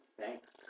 Thanks